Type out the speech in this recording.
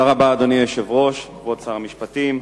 אדוני היושב-ראש, כבוד שר המשפטים,